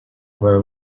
were